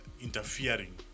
interfering